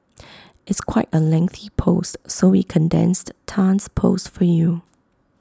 it's quite A lengthy post so we condensed Tan's post for you